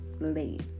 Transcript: late